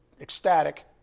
ecstatic